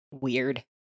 weird